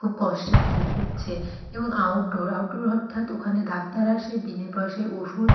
খুব কষ্ট ভোগ করছে এবং আউটডোর আউটডোর অর্থাৎ ওখানে ডাক্তাররা সেই বিনে পয়সায় ওষুধ